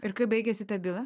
ir kaip baigėsi ta byla